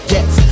Yes